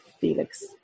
Felix